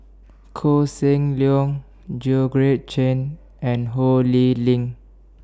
Koh Seng Leong Chen and Ho Lee Ling